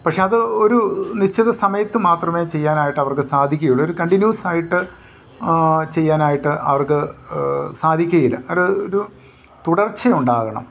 പക്ഷേയത് ഒരു നിശ്ചിത സമയത്തു മാത്രമേ ചെയ്യാനായിട്ടവർക്ക് സാധിക്കുകയുള്ളു ഒരു കണ്ടിന്യൂസായിട്ട് ചെയ്യാനായിട്ട് അവർക്ക് സാധിക്കയില്ല അത് ഒരു തുടർച്ചയുണ്ടാകണം